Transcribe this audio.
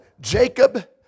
Jacob